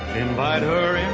invite her